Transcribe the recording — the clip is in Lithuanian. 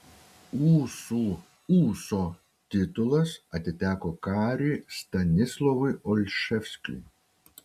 ūsų ūso titulas atiteko kariui stanislovui olševskiui